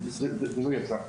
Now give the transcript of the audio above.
וזה לא יצא.